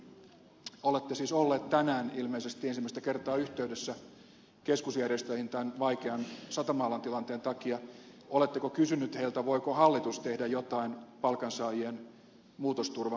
kun olette siis ollut tänään ilmeisesti ensimmäistä kertaa yhteydessä keskusjärjestöihin tämän vaikean satama alan tilanteen takia oletteko kysynyt heiltä voiko hallitus tehdä jotain palkansaajien muutosturvan parantamiseksi